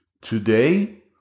Today